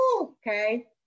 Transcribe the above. Okay